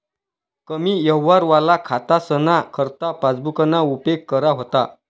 कमी यवहारवाला खातासना करता पासबुकना उपेग करा व्हता